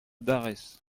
dares